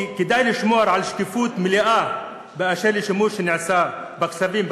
כי כדאי לשמור על שקיפות מלאה באשר לשימוש שנעשה בכספים,